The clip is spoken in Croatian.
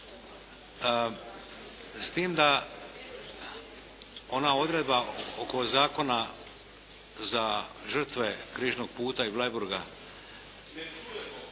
s tim da ona odredba oko Zakona za žrtve Križnog puta i Bleiburga,